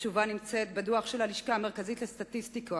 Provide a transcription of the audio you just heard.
התשובה נמצאת בדוח של הלשכה המרכזית לסטטיסטיקה,